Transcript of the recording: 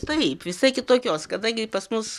taip visai kitokios kadangi pas mus